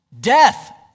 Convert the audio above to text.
death